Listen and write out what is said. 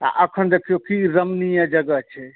आ एखन देखियौ कि रमणीय जगह छै